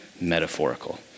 metaphorical